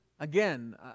Again